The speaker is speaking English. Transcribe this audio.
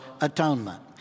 atonement